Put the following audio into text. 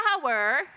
power